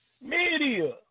Media